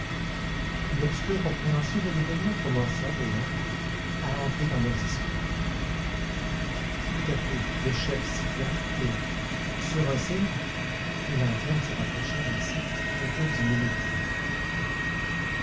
une obscure compréhension de l'événement commença dès lors à entrer dans leurs esprits tout à coup le chef siffla et sur un signe les lanternes se rapprochèrent en cercle autour du